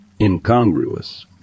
incongruous